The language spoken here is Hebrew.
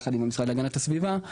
יחד עם המשרד להגנת הסביבה,